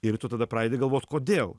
ir tu tada pradedi galvot kodėl